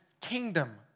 kingdom